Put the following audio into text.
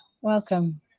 welcome